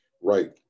Right